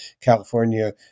California